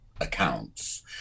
accounts